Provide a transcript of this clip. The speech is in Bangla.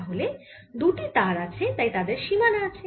তাহলে দুটি তার আছে তাই তাদের সীমানা আছে